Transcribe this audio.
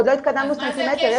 ולא התקדמנו בסנטימטר.